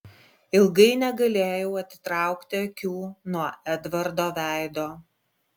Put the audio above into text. ilgai negalėjau atitraukti akių nuo edvardo veido